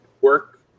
Work